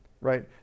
Right